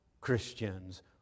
Christians